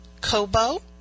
Kobo